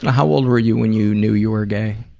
how old were you when you knew you were gay?